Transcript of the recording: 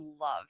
love